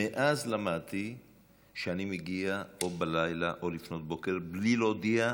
מאז למדתי שאני מגיע בלילה או לפנות בוקר בלי להודיע,